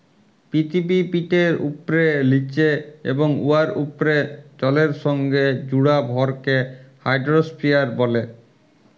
পিথিবীপিঠের উপ্রে, লিচে এবং উয়ার উপ্রে জলের সংগে জুড়া ভরকে হাইড্রইস্ফিয়ার ব্যলে